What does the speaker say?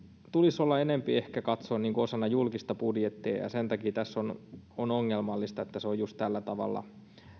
tulisi ehkä ennemmin katsoa osaksi julkista budjettia ja ja sen takia tässä on on ongelmallista että se on just tällä tavalla